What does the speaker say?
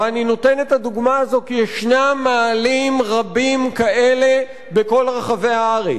ואני נותן את הדוגמה הזאת כי ישנם מאהלים רבים כאלה בכל רחבי הארץ.